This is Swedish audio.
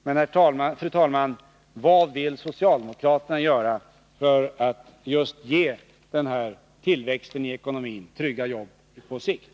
Men, fru talman, vad vill socialdemokraterna göra för att få till stånd den önskvärda tillväxten i ekonomin och trygga jobben på sikt?